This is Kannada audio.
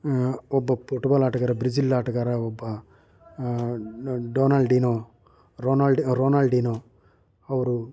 ಒಬ್ಬ ಪುಟ್ಬಾಲ್ ಆಟಗಾರ ಬ್ರಿಝಿಲ್ ಆಟಗಾರ ಒಬ್ಬ ಡೊನಾಲ್ಡಿನೋ ರೊನಾಲ್ಡ್ ರೊನಾಲ್ಡಿನೋ ಅವರು